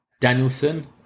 Danielson